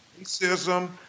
racism